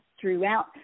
throughout